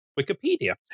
Wikipedia